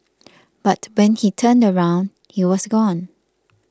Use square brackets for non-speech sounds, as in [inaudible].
[noise] but when he turned around he was gone